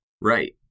Right